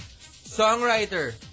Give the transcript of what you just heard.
songwriter